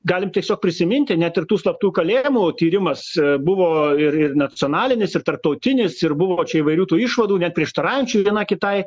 galim tiesiog prisiminti net ir tų slaptų kalėjimų tyrimas buvo ir ir nacionalinis ir tarptautinis ir buvo čia įvairių tų išvadų net prieštaraujančių viena kitai